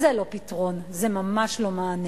זה לא פתרון, זה ממש לא מענה.